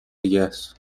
دیگهس